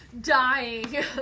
dying